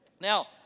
Now